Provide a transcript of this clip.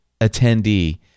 attendee